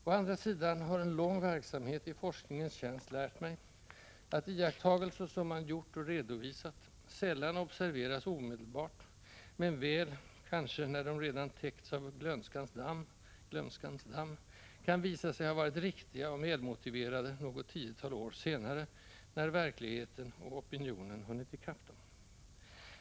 Å andra sidan har en lång verksamhet i forskningens tjänst lärt mig att iakttagelser, som man gjort och redovisat, sällan observeras omedelbart men väl — kanske när de redan täckts av glömskans damm -— kan visa sig ha varit riktiga och välmotiverade något tiotal år senare, när verkligheten och opinionen hunnit i kapp dem.